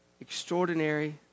extraordinary